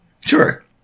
Sure